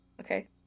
Okay